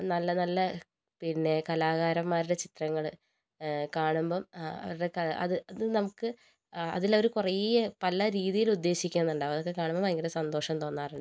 നല്ല നല്ല പിന്നെ കലാകാരന്മാരുടെ ചിത്രങ്ങൾ കാണുമ്പോൾ അവരുടെ അത് നമുക്ക് അതിൽ അവർ കുറേ പല രീതിയിൽ ഉദ്ദേശിക്കുന്നുണ്ടാവും അതൊക്കെ കാണുന്നത് ഭയങ്കര സന്തോഷം തോന്നാറുണ്ട്